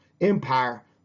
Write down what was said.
Empire